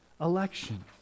election